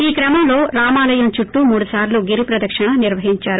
ఈ క్రమంలో రామాలయం చుట్లూ మూడుసార్లు గిరి ప్రదిక్షణ నిర్వహించారు